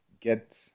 get